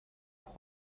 pour